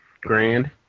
Grand